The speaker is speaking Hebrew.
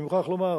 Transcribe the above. אני מוכרח לומר,